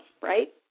right